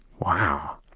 wow